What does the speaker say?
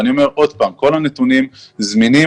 ואני אומר שוב שכל הנתונים זמינים.